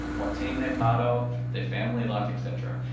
what team they're part of, their family life, et cetera.